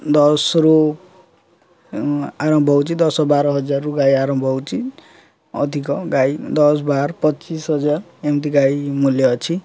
ଦଶରୁ ଆରମ୍ଭ ହେଉଛି ଦଶ ବାର ହଜାରରୁ ଗାଈ ଆରମ୍ଭ ହେଉଛି ଅଧିକ ଗାଈ ଦଶ ବାର ପଚିଶ ହଜାର ଏମିତି ଗାଈ ମୂଲ୍ୟ ଅଛି